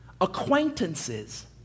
acquaintances